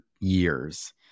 years